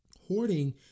hoarding